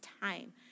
time